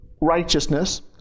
righteousness